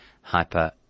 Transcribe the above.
Hyper